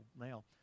now